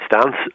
stance